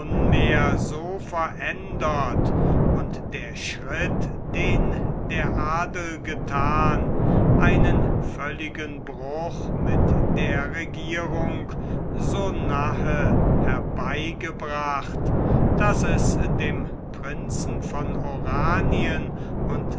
nunmehr so verändert und der schritt den der adel gethan einen völligen bruch mit der regierung so nahe herbeigebracht daß es dem prinzen von oranien und